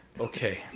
Okay